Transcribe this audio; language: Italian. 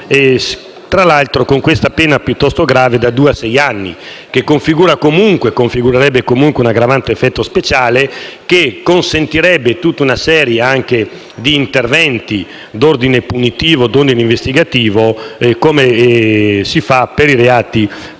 tra l'altro, con una pena piuttosto grave, da due a sei anni, che configurerebbe comunque un'aggravante a effetto speciale e consentirebbe una serie di interventi di ordine punitivo e investigativo, come si fa per i reati